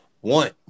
One